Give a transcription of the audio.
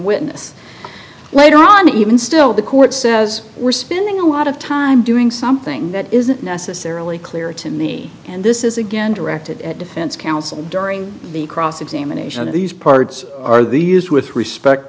witness later on even still the court says we're spending a lot of time doing something that isn't necessarily clear to me and this is again directed at defense counsel during the cross examination of these parts are the use with respect